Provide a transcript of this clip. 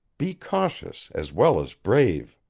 be cautious as well as brave.